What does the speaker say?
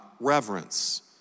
reverence